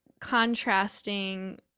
contrasting